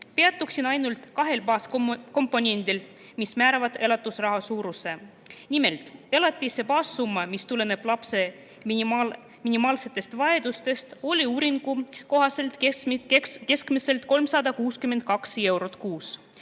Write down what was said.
Peatuksin ainult kahel komponendil, mis määravad elatusraha suuruse. Nimelt, elatise baassumma, mis tuleneb lapse minimaalsetest vajadustest, oli uuringu kohaselt keskmiselt 362 eurot kuus.